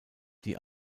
die